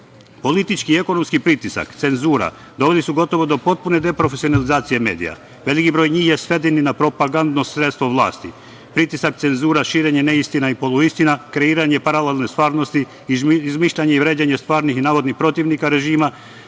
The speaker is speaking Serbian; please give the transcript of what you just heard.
i ekonomski pritisak, cenzura, doveli su gotovo do potpune deprofesionalizacije medija. Veliki broj njih je sveden na propagandno sredstvo vlasti. Pritisak, cenzura, širenje neistina i poluistina, kreiranje paralelne stvarnosti, izmišljanje i vređanje stvarnih i navodnih protivnika režima